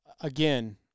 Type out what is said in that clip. again